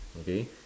okay